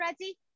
ready